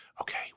okay